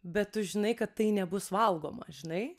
bet tu žinai kad tai nebus valgoma žinai